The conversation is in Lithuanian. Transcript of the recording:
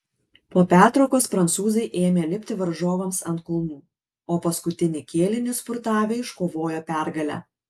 po pertraukos prancūzai ėmė lipti varžovams ant kulnų o paskutinį kėlinį spurtavę iškovojo pergalę